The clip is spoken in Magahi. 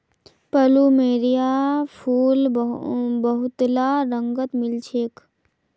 प्लुमेरिया फूल बहुतला रंगत मिल छेक